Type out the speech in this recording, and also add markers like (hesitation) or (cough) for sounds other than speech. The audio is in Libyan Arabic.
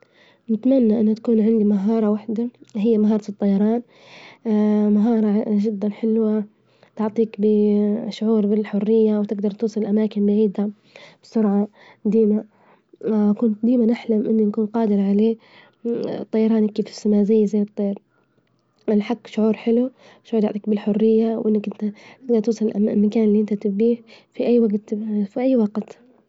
نتمنى إنها تكون عندي مهارة وحدة، هي مهارة الطيران، (hesitation) مهارة جدا حلوة، تعطيك ب- بشعور بالحرية وتجدر توصل لأماكن بعيدة، بسرعة ديما (hesitation) كنت ديما نحلم إني نكون قادر عليه، طيراني كيف سما (hesitation) زيي زي الطير، الحج شعور حلو، شعور يعطيك بالحرية وإنك إنت جادر توصل المكان إللي إنت تبيه في أي وجت- في أي وقت.